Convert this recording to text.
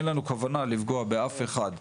אין לנו כוונה לפגוע באף אחד.